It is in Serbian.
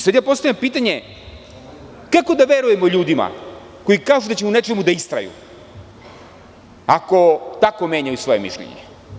Sad postavljam pitanje kako da verujemo ljudima koji kažu da će u nečemu da istraju ako tako menjaju svoje mišljenje.